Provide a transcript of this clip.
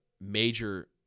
major